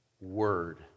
word